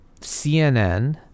CNN